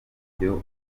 ibyo